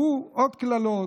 עוד קללות.